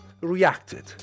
reacted